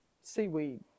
seaweed